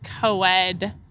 co-ed